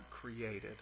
created